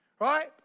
Right